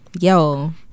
Yo